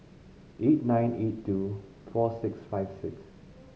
eight nine eight two four six five six